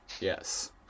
yes